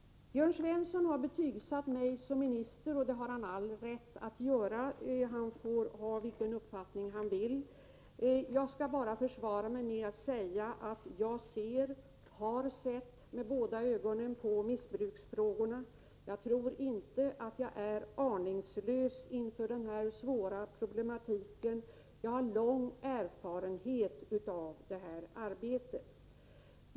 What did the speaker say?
Jörn Svensson har betygsatt mig som minister, och det har han all rätt att göra. Han får ha vilken uppfattning han vill. Jag skall bara försvara mig med att säga att jag ser och har sett med båda ögonen på missbruksfrågorna. Jag tror inte att jag är aningslös inför denna svåra problematik. Jag har lång erfarenhet av detta arbete.